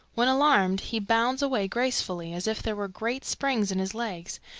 when alarmed he bounds away gracefully as if there were great springs in his legs,